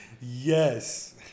Yes